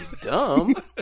dumb